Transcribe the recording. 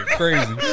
crazy